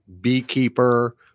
beekeeper